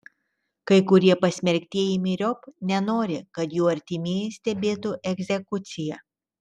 kai kurie pasmerktieji myriop nenori kad jų artimieji stebėtų egzekuciją